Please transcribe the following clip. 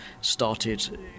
started